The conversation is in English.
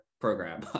program